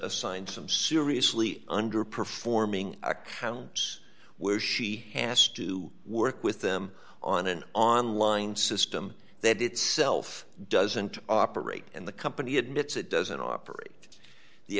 assigned some seriously underperforming accounts where she has to work with them on an online system that itself doesn't operate and the company admits it doesn't operate the